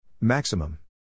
Maximum